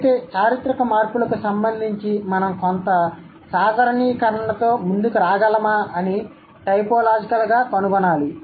అయితే చారిత్రక మార్పులకు సంబంధించి మనం కొంత సాధారణీకరణతో ముందుకు రాగలమా అని టైపోలాజికల్గా కనుగొనాలి